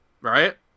right